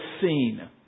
seen